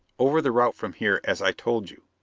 over the route from here as i told you,